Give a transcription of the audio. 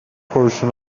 portion